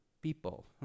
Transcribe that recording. people